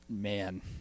man